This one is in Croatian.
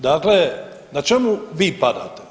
Dakle, na čemu vi padate?